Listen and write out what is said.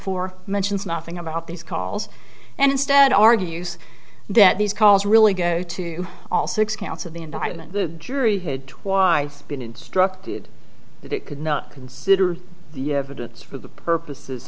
for mentions nothing about these calls and instead argues that these calls really go to all six counts of the indictment the jury had twice been instructed that it could not consider the evidence for the purposes